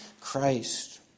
Christ